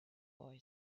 boy